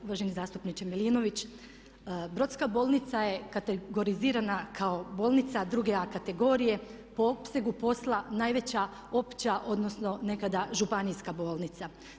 Uvaženi zastupniče Milinović, Brodska bolnica je kategorizirana kao bolnica druge A kategorije po opsegu posla najveća opća, odnosno nekada županijska bolnica.